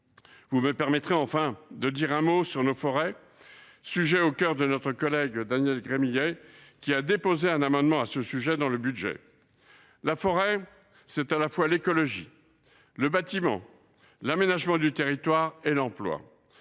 Vous me permettrez enfin de dire un mot de nos forêts, chères à notre collègue Daniel Gremillet, qui a déposé un amendement à ce sujet. La forêt, c’est à la fois l’écologie, le bâtiment, l’aménagement du territoire et l’emploi.